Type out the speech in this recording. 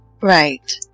Right